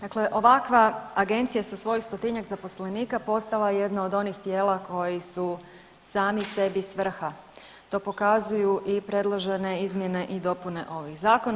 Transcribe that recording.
Dakle, ovakva agencija sa svojih stotinjak zaposlenika postala je jedna od onih tijela koji su sami sebi svrha, to pokazuju i predložene izmjene i dopune ovih zakona.